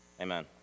Amen